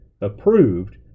approved